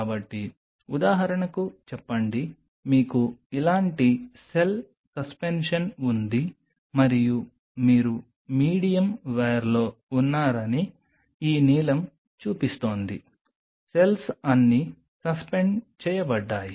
కాబట్టి ఉదాహరణకు చెప్పండి మీకు ఇలాంటి సెల్ సస్పెన్షన్ ఉంది మరియు మీరు మీడియం వేర్లో ఉన్నారని ఈ నీలం చూపిస్తోంది సెల్స్ అన్నీ సస్పెండ్ చేయబడ్డాయి